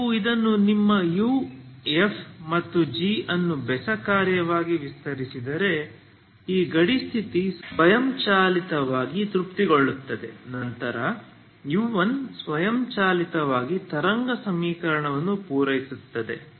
ನೀವು ಇದನ್ನು ನಿಮ್ಮ u f ಮತ್ತು g ಅನ್ನು ಬೆಸ ಕಾರ್ಯವಾಗಿ ವಿಸ್ತರಿಸಿದರೆ ಈ ಗಡಿ ಸ್ಥಿತಿ ಸ್ವಯಂಚಾಲಿತವಾಗಿ ತೃಪ್ತಿಗೊಳ್ಳುತ್ತದೆ ನಂತರ u1 ಸ್ವಯಂಚಾಲಿತವಾಗಿ ತರಂಗ ಸಮೀಕರಣವನ್ನು ಪೂರೈಸುತ್ತದೆ